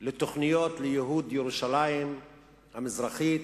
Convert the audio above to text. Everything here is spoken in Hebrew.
של תוכניות לייהוד ירושלים המזרחית,